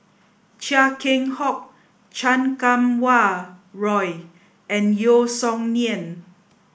Chia Keng Hock Chan Kum Wah Roy and Yeo Song Nian